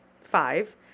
Five